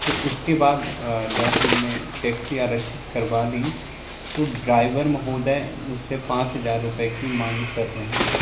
फिर उसके बाद जब हमने टैक्सी आरक्षित करवा ली तो ड्राइवर महोदय मुझसे पाँच हजार रूपए की मांग कर रहे हैं